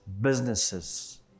businesses